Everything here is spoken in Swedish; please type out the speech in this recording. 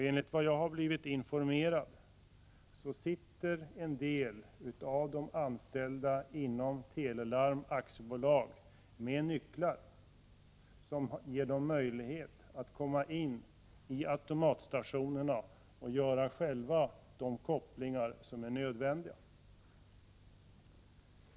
Enligt vad det har upplysts mig har en del av de anställda inom Tele Larm AB nycklar som ger dem möjlighet att komma in i automatstationerna och själva göra nödvändiga kopplingar.